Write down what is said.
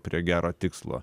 prie gero tikslo